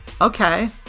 Okay